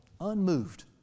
Unmoved